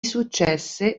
successe